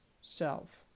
self